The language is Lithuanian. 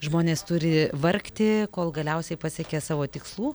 žmonės turi vargti kol galiausiai pasiekia savo tikslų